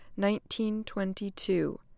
1922